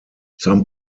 some